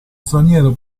straniero